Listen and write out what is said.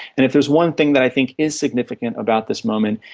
and if there's one thing that i think is significant about this moment,